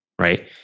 right